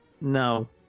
no